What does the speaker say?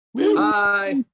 Hi